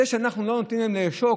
זה שאנחנו לא נותנים להם לעשוק,